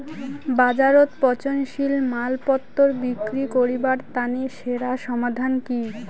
বাজারত পচনশীল মালপত্তর বিক্রি করিবার তানে সেরা সমাধান কি?